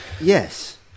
Yes